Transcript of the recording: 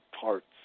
parts